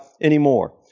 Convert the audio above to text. anymore